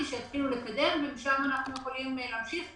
שיתחילו לקדם ומשם אנחנו יכולים להמשיך.